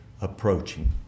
approaching